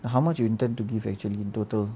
how much you intend to give actually in total